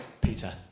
Peter